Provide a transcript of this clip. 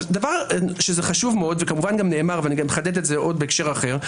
חשוב ונאמר ואחדד עוד בהקשר אחד